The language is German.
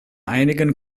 einigen